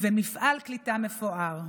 ומפעל קליטה מפואר.